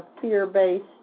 fear-based